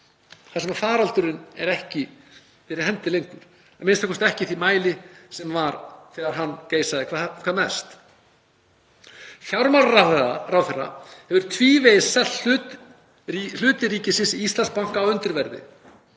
hendi, faraldurinn er ekki fyrir hendi lengur, a.m.k. ekki í þeim mæli sem var þegar hann geisaði hvað mest. Fjármálaráðherra hefur tvívegis selt hluti ríkisins í Íslandsbanka hf. á undirverði,